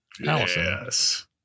Yes